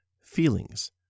feelings